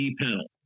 panel